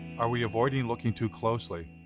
are we avoiding looking too closely